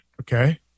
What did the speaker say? okay